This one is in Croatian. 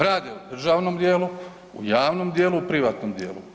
Rade u državnom dijelu, u javnom dijelu, u privatnom dijelu.